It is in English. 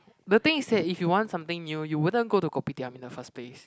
the things is that if you want something new you wouldn't go to Kopitiam in the first place